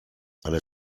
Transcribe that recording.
ale